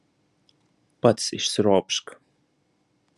pats išsiropšk